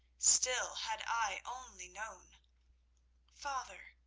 still, had i only known father,